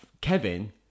Kevin